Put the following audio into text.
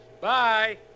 Bye